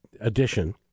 edition